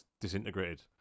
disintegrated